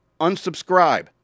unsubscribe